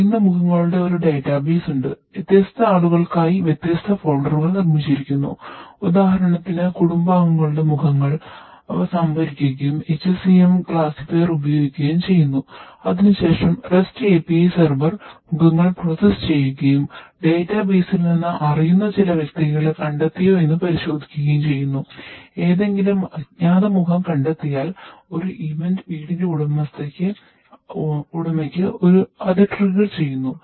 അറിയുന്ന മുഖങ്ങളുടെ ഒരു ഡാറ്റാബേസ് ഒരു അറിയിപ്പ് അയയ്ക്കുന്നു